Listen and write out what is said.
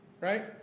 right